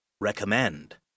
Recommend